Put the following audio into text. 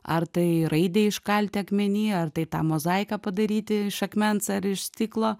ar tai raidę iškalti akmeny ar tai tą mozaiką padaryti iš akmens ar iš stiklo